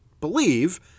believe